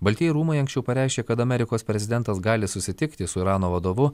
baltieji rūmai anksčiau pareiškė kad amerikos prezidentas gali susitikti su irano vadovu